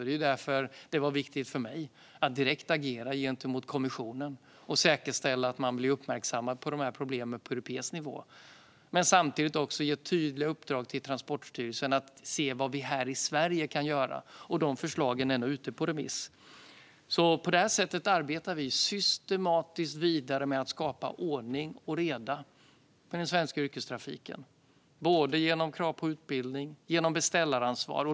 Det var därför det var viktigt för mig att direkt agera gentemot kommissionen och säkerställa att den blev uppmärksammad på dessa problem på europeisk nivå men samtidigt ge tydliga uppdrag till Transportstyrelsen att se vad vi kan göra här i Sverige. De förslagen är nu ute på remiss. På det här sättet arbetar vi systematiskt vidare med att skapa ordning och reda i den svenska yrkestrafiken genom krav på både utbildning och beställaransvar.